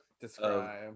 describe